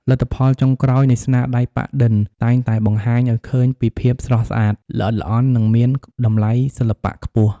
លទ្ធផលចុងក្រោយនៃស្នាដៃប៉ាក់-ឌិន តែងតែបង្ហាញឱ្យឃើញពីភាពស្រស់ស្អាត ល្អិតល្អន់ និងមានតម្លៃសិល្បៈខ្ពស់។